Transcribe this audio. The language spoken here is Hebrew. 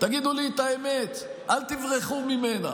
תגידו לי את האמת, אל תברחו ממנה.